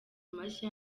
mashya